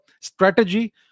strategy